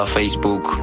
Facebook